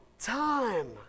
time